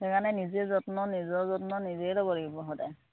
সেইকাৰণে নিজে যত্ন নিজৰ যত্ন নিজেই ল'ব লাগিব সদায়